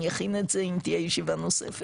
אני אכין את זה אם תהיה ישיבה נוספת.